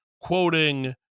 quoting